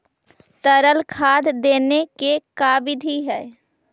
तरल खाद देने के का बिधि है?